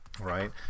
right